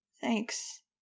Thanks